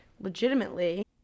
legitimately